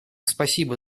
спасибо